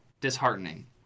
disheartening